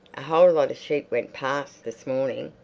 a whole lot of sheep went past this morning.